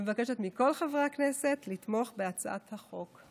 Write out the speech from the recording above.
אני מבקשת מכל חברי הכנסת לתמוך בהצעת החוק.